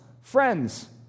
friends